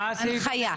הנחיה.